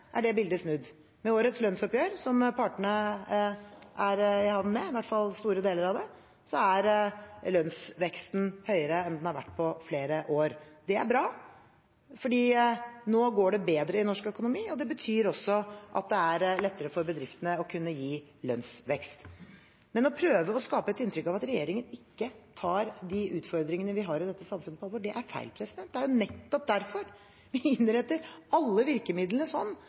er det bildet snudd. Med årets lønnsoppgjør, som partene er i havn med – i hvert fall store deler av det – er lønnsveksten høyere enn den har vært på flere år. Det er bra. Nå går det bedre i norsk økonomi, og det betyr også at det er lettere for bedriftene å kunne gi lønnsvekst. Men å prøve å skape et inntrykk av at regjeringen ikke tar de utfordringene vi har i dette samfunnet, på alvor, det er feil. Det er jo nettopp derfor vi innretter alle virkemidlene